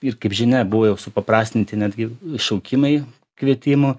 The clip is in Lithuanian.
ir kaip žinia buvo jau supaprastinti netgi šaukimai kvietimo